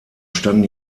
standen